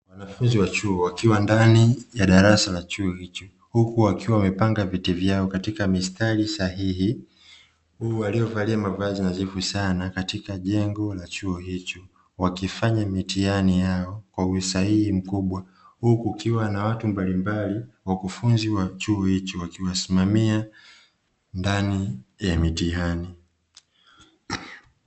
Wanafunzi wa chuo wakiwa ndani ya darasaa chuo hicho, huku wakiwa wamepanga viti vyao katika mistari sahihi, huku waliovalia mavazi nadhifu sana katika jengo la chuo hicho; wakifanya mitihani yao kwa usahihi mkubwa, huku kukiwa na watu mbalimbali (wakufunzi wa chuo hicho) wakiwasimamia ndani ya mitihani.